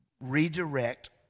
redirect